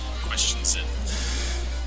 questions